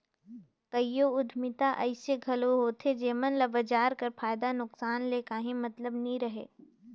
कइयो उद्यमिता अइसे घलो होथे जेमन ल बजार कर फयदा नोसकान ले काहीं मतलब नी रहें